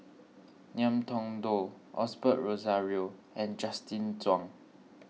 Ngiam Tong Dow Osbert Rozario and Justin Zhuang